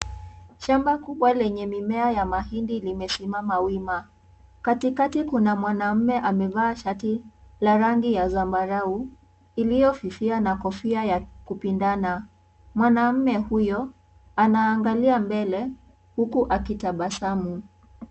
Shamba kubwa lenye mimea ya mahindi limesimama wima, katikati kuna mwanamme amevaa shati la rangi ya smbarau iliyofifia na kofia ya kupindana, mwanamme huyo anaangalja mbele huku akitabasamu.